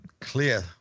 clear